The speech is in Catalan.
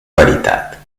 veritat